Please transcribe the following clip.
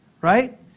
right